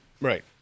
right